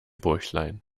bäuchlein